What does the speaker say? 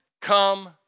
come